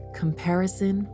comparison